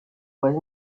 was